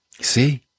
See